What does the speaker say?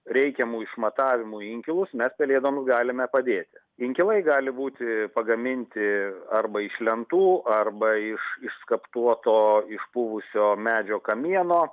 reikiamų išmatavimų inkilus mes pelėdoms galime padėti inkilai gali būti pagaminti arba iš lentų arba iš išskaptuoto išpuvusio medžio kamieno